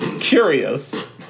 curious